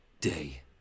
day